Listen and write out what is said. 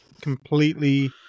completely